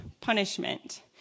punishment